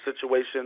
situation